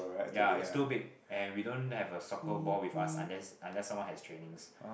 ya is too big and we don't have a soccer ball with us unless unless someone has trainings